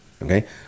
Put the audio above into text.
Okay